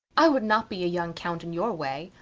i would not be a young count in your way,